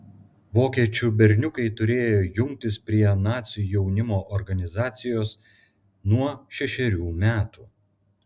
vokiečių berniukai turėjo jungtis prie nacių jaunimo organizacijos nuo šešerių metų